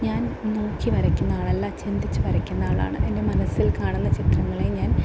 ഞാൻ നോക്കി വരക്കുന്ന ആളല്ല ചിന്തിച്ച് വരക്കുന്ന ആളാണ് എൻ്റെ മനസ്സിൽ കാണുന്ന ചിത്രങ്ങളെ ഞാൻ